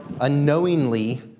unknowingly